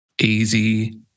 easy